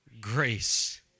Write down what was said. grace